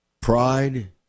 Pride